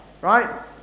right